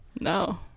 No